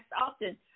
often